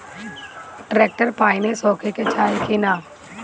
Tractor पाईनेस होखे के चाही कि ना?